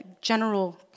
general